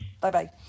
Bye-bye